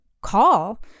call